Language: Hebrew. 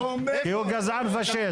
כי הוא גזען פשיסט.